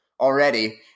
already